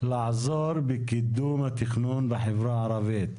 לעזור בקידום התכנון בחברה הערבית.